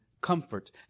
comfort